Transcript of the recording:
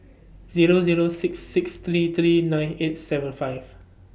Zero Zero six six three three nine eight seven five